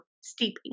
steeping